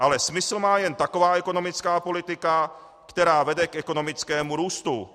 Ale smysl má jen taková ekonomická politika, která vede k ekonomickému růstu.